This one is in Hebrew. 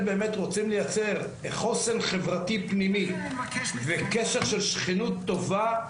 רוצים לייצר חוסן פנימי וקשר של שכנות טובה,